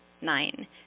Nine